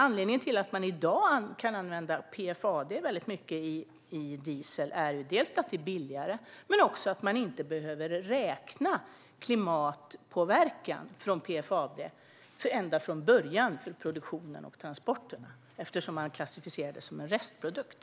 Anledningen till att man i dag i stor utsträckning kan använda PFAD i diesel beror dels på att det är billigare, dels på att man inte behöver räkna klimatpåverkan från PFAD ända från början i produktionen och transporterna, eftersom det klassificeras som en restprodukt.